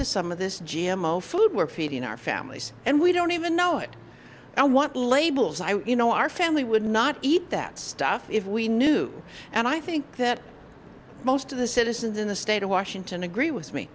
to some of this g m o food we're feeding our families and we don't even know it and want labels i you know our family would not eat that stuff if we knew and i think that most of the citizens in the state of washington agree with me